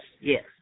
Yes